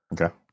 Okay